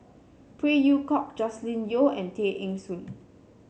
Phey Yew Kok Joscelin Yeo and Tay Eng Soon